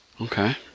Okay